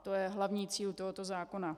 To je hlavní cíl tohoto zákona.